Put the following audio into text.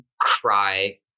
cry